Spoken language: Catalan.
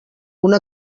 una